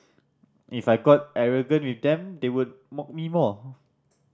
if I got arrogant with them they would mock me more